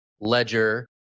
Ledger